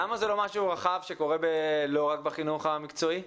למה זה לא משהו רחב שקורה לא רק בחינוך המקצועי?